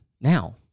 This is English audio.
now